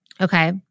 Okay